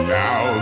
now